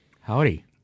Howdy